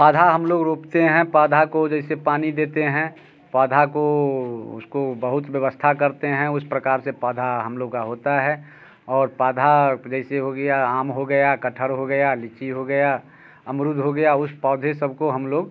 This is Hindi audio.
पौधा हम लोग रोपते हैं पौधा को जैसे पानी देते हैं पौधा को उसको बहुत व्यवस्था करते हैं उस प्रकार से पौधा हम लोग का होता है और पौध जैसे हो गया आम हो गया कटहल हो गया लिच्ची हो गया अमरुद हो गया उस पौधे सब को हम लोग